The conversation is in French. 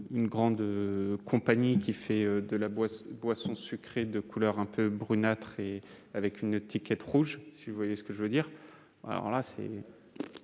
une grande compagnie qui produit une boisson sucrée de couleur brunâtre et avec une étiquette rouge- si vous voyez ce que je veux dire !-, ces